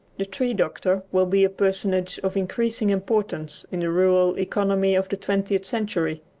the tree-doctor will be a personage of increasing importance in the rural economy of the twentieth century.